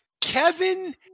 Kevin